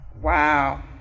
Wow